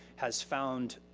has found